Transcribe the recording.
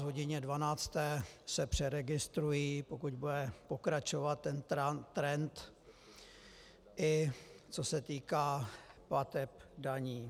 V hodině dvanácté se přeregistrují, pokud bude pokračovat ten trend, i co se týká plateb daní.